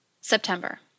September